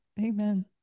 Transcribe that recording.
Amen